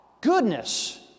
goodness